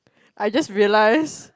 I just realised